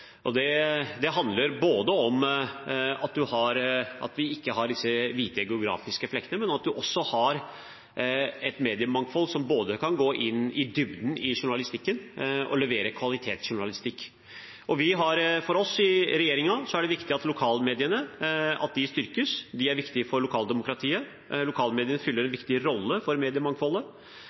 Det handler både om at vi ikke har disse hvite geografiske flekkene, og om at vi har et mediemangfold som gjør at man kan gå i dybden i journalistikken og levere kvalitetsjournalistikk. For oss i regjeringen er det viktig at lokalmediene styrkes. De er viktige for lokaldemokratiet. Lokalmediene fyller en viktig rolle for mediemangfoldet,